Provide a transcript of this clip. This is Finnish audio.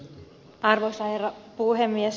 arvoisa herra puhemies